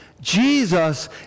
Jesus